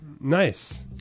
Nice